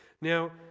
Now